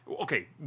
okay